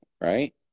right